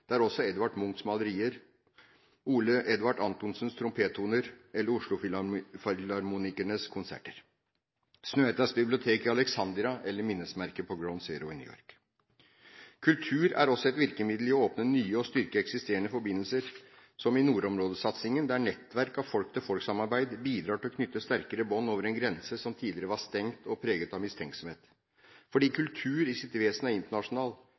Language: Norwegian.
også Edvard Munchs malerier, Ole Edvard Antonsens trompettoner eller Oslo-Filharmoniens konserter, Snøhettas bibliotek i Alexandria eller minnesmerket på Ground Zero i New York. Kultur er også et virkemiddel i å åpne nye og styrke eksisterende forbindelser, som i nordområdesatsingen, der nettverk av folk-til-folk-samarbeid bidrar til å knytte sterkere bånd over en grense som tidligere var stengt og preget av mistenksomhet. Fordi kultur i sitt vesen er internasjonal,